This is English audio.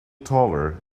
taller